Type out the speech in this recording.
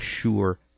sure